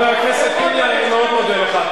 למה אתה לא דואג לעדה האתיופית?